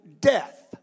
death